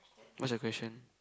what's your question